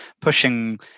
pushing